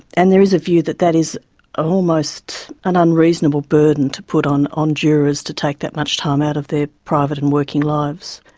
and there is a view that that is almost an unreasonable burden to put on on jurors to take that much time out of their private and working lives.